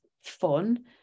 fun